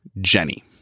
Jenny